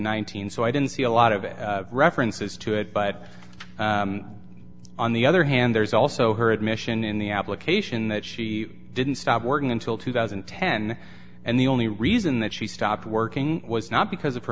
nineteen so i didn't see a lot of references to it but on the other hand there's also her admission in the application that she didn't stop working until two thousand and ten and the only reason that she stopped working was not because of her